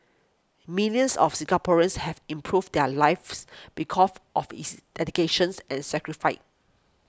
millions of Singaporeans have improved their lives be cough of his dedications and sacrifice